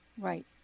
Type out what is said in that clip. Right